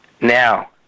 Now